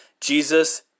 Jesus